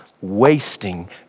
wasting